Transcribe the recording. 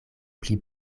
pli